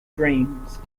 dreams